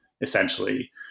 essentially